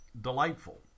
delightful